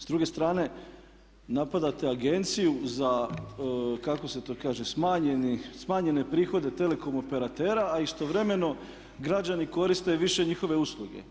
S druge strane napadate agenciju za kako se to kaže smanjene prihode telekom operatera a istovremeno građani koriste više njihove usluge.